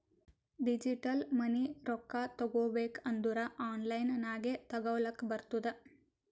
digital money ರೊಕ್ಕಾ ತಗೋಬೇಕ್ ಅಂದುರ್ ಆನ್ಲೈನ್ ನಾಗೆ ತಗೋಲಕ್ ಬರ್ತುದ್